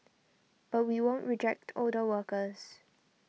but we won't reject older workers